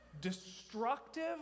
destructive